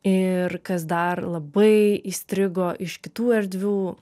ir kas dar labai įstrigo iš kitų erdvių